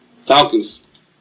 Falcons